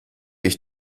ich